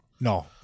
No